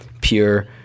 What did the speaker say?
pure